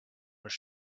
was